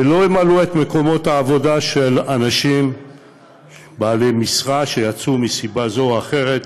ולא ימלאו את מקומות העבודה של אנשים בעלי משרה שיצאו מסיבה זו או אחרת,